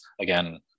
again